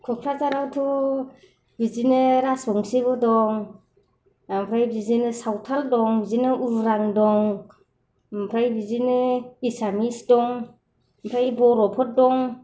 क'क्राझारावथ' बिदिनो रासबंसिबो दं ओमफ्राय बिदिनो सावथाल दं बिदिनो उरां दं ओमफ्राय बिदिनो एसामिस दं ओमफ्राय बर'फोर दं